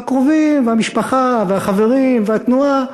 והקרובים, והמשפחה, והחברים, והתנועה,